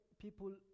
people